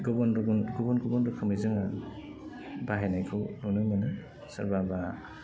गुबुन गबुन गुबुन गुबुन रोखोमै जोङो बाहायनायखौ नुनो मोनो सोरबा बा